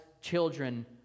children